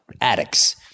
addicts